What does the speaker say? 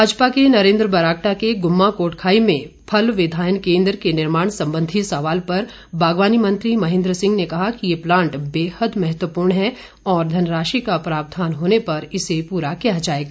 भाजपा के नरेन्द्र बरागटा के गुम्मा कोटखाई में फल विधायन केन्द्र के निर्माण संबंधी सवाल पर बागवानी मंत्री महेन्द्र सिंह ने कहा कि ये प्लांट बेहद महत्वपूर्ण है और धनराशि का प्रावधान होने पर इसे पूरा किया जाएगा